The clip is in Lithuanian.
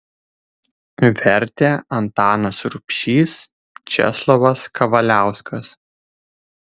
vertė antanas rubšys česlovas kavaliauskas